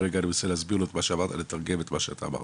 אני מנסה לתרגם את מה שאתה אמרת.